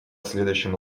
следующем